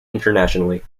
internationally